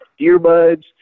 earbuds